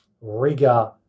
rigor